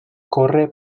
corre